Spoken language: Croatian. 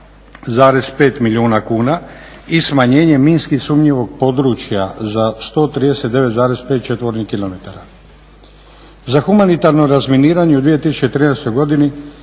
Za humanitarno razminiranje u 2013. godini